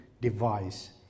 device